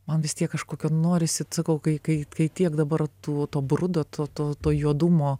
man vis tiek kažkokio norisi sakau kai kai kai tiek dabar tų to brudo to to to juodumo